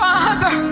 Father